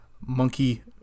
monkey